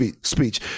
speech